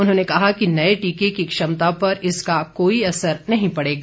उन्होंने कहा कि नये टीके की क्षमता पर इसका कोई असर नहीं पडेगा